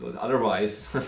otherwise